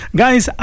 guys